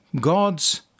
God's